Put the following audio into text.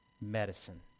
medicine